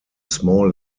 small